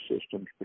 systems